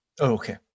Okay